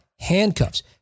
handcuffs